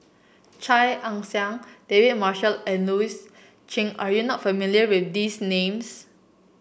Chia Ann Siang David Marshall and Louis Chen are you not familiar with these names